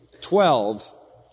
twelve